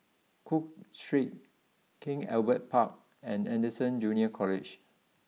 cook Street King Albert Park and Anderson Junior College